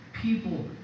people